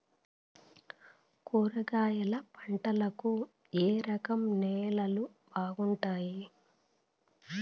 కూరగాయల పంటలకు ఏ రకం నేలలు బాగుంటాయి?